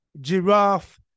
giraffe